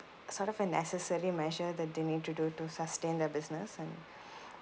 sort of a necessarily measure that they need to do to sustain their business and